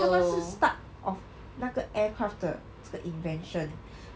他们是 start of 那个 aircraft 的这个 invention